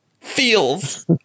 Feels